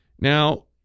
Now